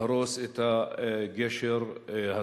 להרוס את הגשר הזה.